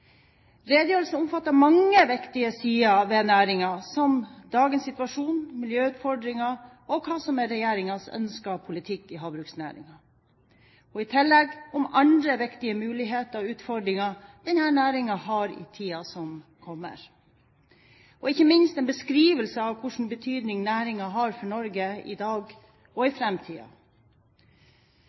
Redegjørelsen omfattet mange viktige sider ved næringen, som dagens situasjon, miljøutfordringer og hva som er regjeringens ønskede politikk i havbruksnæringen, og i tillegg andre viktige muligheter og utfordringer denne næringen har i tiden som kommer, og ikke minst en beskrivelse av hvilken betydning næringen har for Norge i dag og i